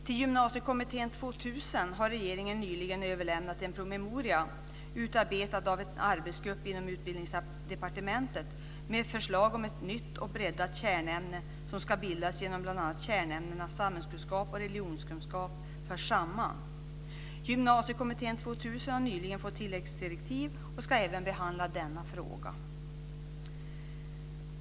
Till Gymnasiekomittén 2000 har regeringen nyligen överlämnat en promemoria, utarbetad av en arbetsgrupp inom Utbildningsdepartementet med förslag om ett nytt och breddat kärnämne som ska bildas genom bl.a. att kärnämnena samhällskunskap och religionskunskap förs samman. Gymnasiekommittén 2000 har nyligen fått tilläggsdirektiv och ska även behandla denna fråga.